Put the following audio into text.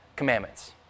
Commandments